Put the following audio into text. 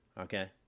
okay